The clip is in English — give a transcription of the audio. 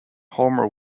homer